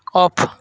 of